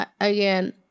again